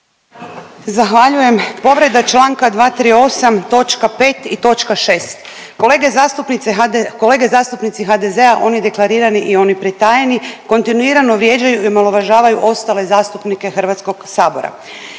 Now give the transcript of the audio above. točka 6. Kolege zastupnice HD, kolege zastupnici HDZ-a oni deklarirani i oni pritajeni, kontinuirano vrijeđaju i omalovažavaju ostale zastupnike Hrvatskog sabora.